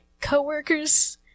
co-workers